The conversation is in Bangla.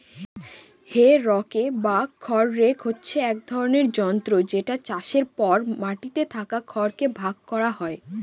হে রকে বা খড় রেক হচ্ছে এক ধরনের যন্ত্র যেটা চাষের পর মাটিতে থাকা খড় কে ভাগ করা হয়